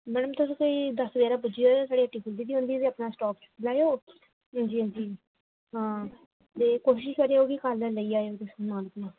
ma'am तुस कोई दस जारां बजे पुज्जी जाएयो स्हाड़ी हट्टी खुल्ली दी होंदी तुस ते अपना स्टाक चुक्की लैएयो हंजी हजी हां ते कोशिश करेओ कि कल लेई जाएयो तुस समान अपना